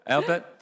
Albert